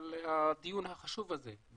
על הדיון החשוב הזה,